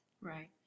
Right